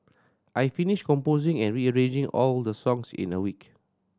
I finished composing and rearranging all the songs in a week